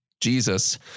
Jesus